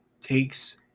takes